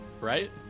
right